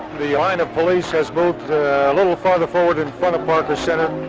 the line of police has moved a little farther forward in front of parker center.